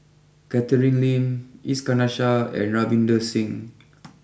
Catherine Lim Iskandar Shah and Ravinder Singh